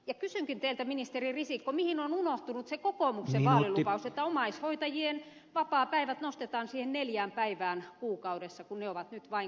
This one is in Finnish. kysynkin teiltä ministeri risikko mihin on unohtunut se kokoomuksen vaalilupaus että omaishoitajien vapaapäivät nostetaan neljään päivään kuukaudessa kun niitä on nyt vain kolme